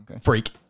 Freak